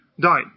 die